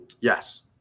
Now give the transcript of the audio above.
yes